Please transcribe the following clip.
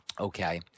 Okay